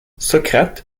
socrate